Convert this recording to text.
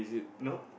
nope